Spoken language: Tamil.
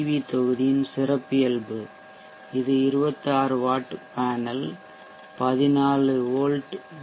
வி தொகுதியின் சிறப்பியல்பு இது 26 வாட் பேனல் 14 வோல்ட் வி